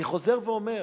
אני חוזר ואומר,